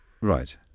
Right